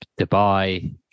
Dubai